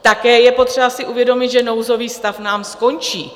Také je potřeba si uvědomit, že nouzový stav nám skončí.